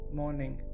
morning